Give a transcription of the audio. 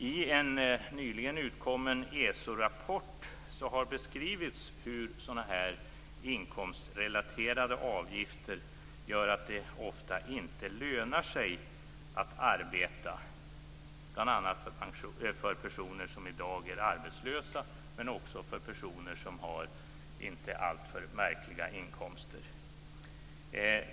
I en nyligen utkommen ESO-rapport beskrivs det hur sådana här inkomstrelaterade avgifter gör att det ofta inte lönar sig att arbeta. Det gäller bl.a. för personer som i dag är arbetslösa men också för personer som inte har alltför märkvärdiga inkomster.